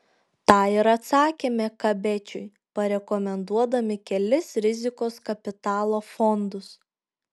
tą ir atsakėme kabečiui parekomenduodami kelis rizikos kapitalo fondus